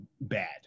bad